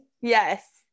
Yes